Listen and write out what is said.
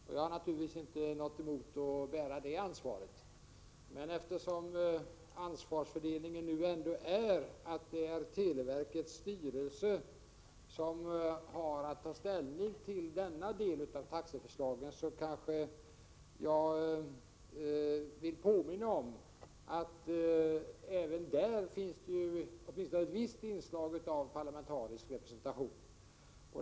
Herr talman! Det är bra att man fäster stor vikt vid vad statsrådet och regeringen tycker i den här typen av frågor — jag har naturligtvis inte något emot att bära det ansvaret. Men eftersom ansvarsfördelningen nu är den att det är televerkets styrelse som har att ta ställning till denna del av taxeförslagen vill jag påminna om att det även där finns ett visst inslag av parlamentarisk representation.